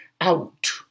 out